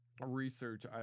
research